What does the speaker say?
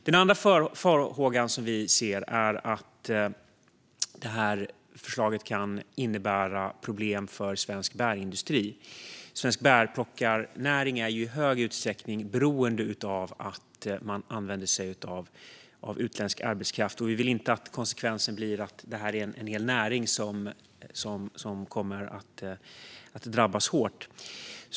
Den andra farhågan som vi ser är att detta förslag kan innebära problem för svensk bärindustri. Svensk bärplockarnäring är i stor utsträckning beroende av att använda sig av utländsk arbetskraft. Vi vill inte att konsekvensen blir att en hel näring kommer att drabbas hårt.